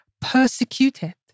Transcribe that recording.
persecuted